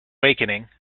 wakening